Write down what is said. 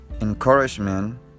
encouragement